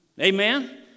Amen